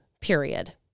period